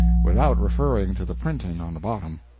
without referring to the printing on the bottom.